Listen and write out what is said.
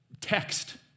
text